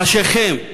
ראשיכם,